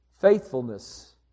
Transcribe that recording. Faithfulness